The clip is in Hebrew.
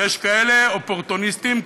ויש כאלה אופורטוניסטים,